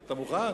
אתה מוכן?